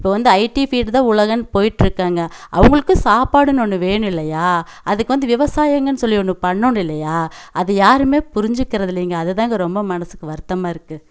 இப்போ வந்து IT field தான் உலகம்ன்னு போய்ட்ருக்காங்க அவங்களுக்கும் சாப்பாடுன்னு ஒன்று வேணுமில்லையா அதுக்கு வந்து விவசாயங்கன்னு சொல்லி ஒன்று பண்ணணும் இல்லையா அது யாருமே புரிஞ்சுக்கறது இல்லைங்க அது தான்ங்க ரொம்ப மனசுக்கு வருத்தமாக இருக்குது